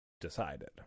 decided